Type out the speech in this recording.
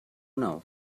now